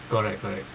correct correct